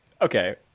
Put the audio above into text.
Okay